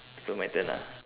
so my turn ah